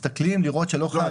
מסתכלים לראות שלא חל שינוי.